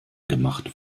gemacht